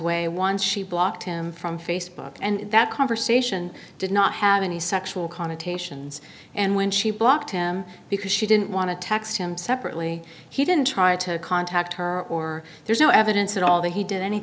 way once she blocked him from facebook and that conversation did not have any sexual connotations and when she blocked him because she didn't want to text him separately he didn't try to contact her or there's no evidence at all that he did any